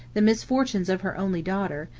the misfortunes of her only daughter,